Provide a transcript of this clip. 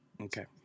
okay